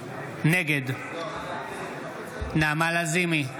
נגד נעמה לזימי,